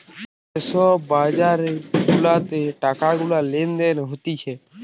যে সব বাজার গুলাতে টাকা গুলা লেনদেন হতিছে